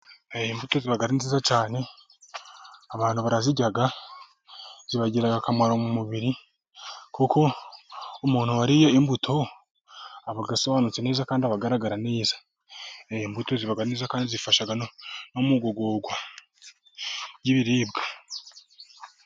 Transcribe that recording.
Imbuto ziba ari nziza cyane, abantu barazirya, zibagirira akamaro mu mubiri, kuko umuntu wariye imbuto aba asobanutse neza kandi aba agaragara neza, imbuto ziba neza kandi zifasha no mugogora ry'ibiribwa.